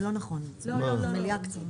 אבל גמרנו.